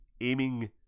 aiming